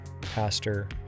pastor